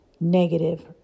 negative